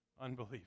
Unbelief